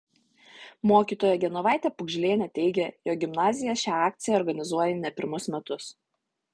mokytoja genovaitė pugžlienė teigė jog gimnazija šią akciją organizuoja ne pirmus metus